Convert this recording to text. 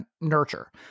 nurture